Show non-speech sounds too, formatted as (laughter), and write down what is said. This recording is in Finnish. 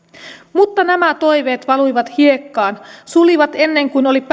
mutta nämä toiveet valuivat hiekkaan sulivat ennen kuin oli (unintelligible)